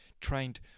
trained